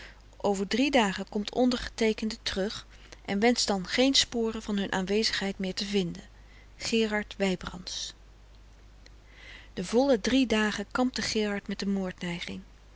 over drie dagen komt ondergeteekende terug en wenscht dan geen sporen van hun aanwezigheid meer te vinden gerard wybrands de volle drie dagen kampte gerard met de